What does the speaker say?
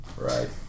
Right